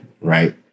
right